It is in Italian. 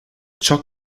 ciò